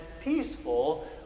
peaceful